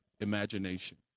imagination